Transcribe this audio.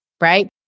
right